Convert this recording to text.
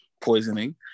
poisoning